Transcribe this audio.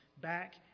back